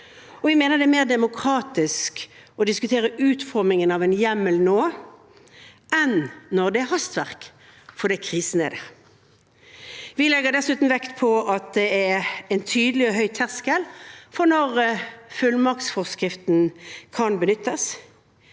Vi mener det er mer demokratisk å diskutere utformingen av en hjemmel nå enn når det er hastverk fordi krisen er der. Vi legger dessuten vekt på at det er en tydelig og høy terskel for når fullmaktsforskriften kan benyttes.